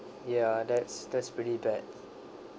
ya that's that's pretty bad